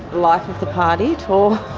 life of the party. tall,